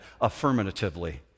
affirmatively